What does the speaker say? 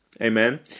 Amen